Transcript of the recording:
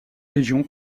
région